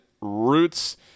Roots